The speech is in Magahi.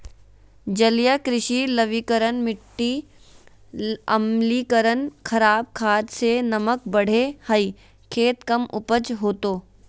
जलीय कृषि लवणीकरण मिटी अम्लीकरण खराब खाद से नमक बढ़े हइ खेत कम उपज होतो